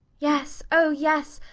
yes, oh yes.